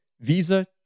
Visa